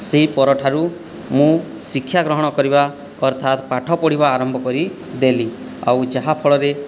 ସେହି ପରଠାରୁ ମୁଁ ଶିକ୍ଷା ଗ୍ରହଣ କରିବା ଅର୍ଥାତ୍ ପାଠ ପଢ଼ିବା ଆରମ୍ଭ କରିଦେଲି ଆଉ ଯାହାଫଳରେ